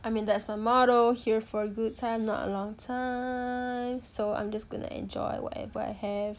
I mean that's my motto here for a good time not a long time so I'm just gonna enjoy whatever I have